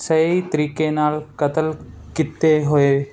ਸਹੀ ਤਰੀਕੇ ਨਾਲ ਕਤਲ ਕੀਤੇ ਹੋਏ